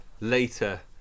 later